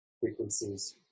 frequencies